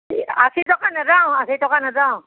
আশী টকা নিদিওঁ আশী টকা নিদিওঁ